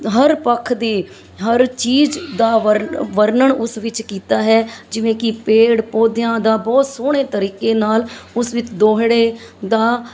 ਹਰ ਪੱਖ ਦੀ ਹਰ ਚੀਜ਼ ਦਾ ਵਰ ਵਰਨਣ ਉਸ ਵਿੱਚ ਕੀਤਾ ਹੈ ਜਿਵੇਂ ਕਿ ਪੇੜ ਪੌਦਿਆਂ ਦਾ ਬਹੁਤ ਸੋਹਣੇ ਤਰੀਕੇ ਨਾਲ ਉਸ ਵਿੱਚ ਦੋਹੜੇ ਦਾ